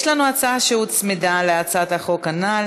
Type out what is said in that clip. יש לנו הצעה שהוצמדה להצעת החוק הנ"ל,